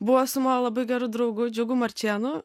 buvo su mano labai geru draugu džiugu marčėnu